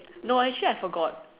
no actually I forgot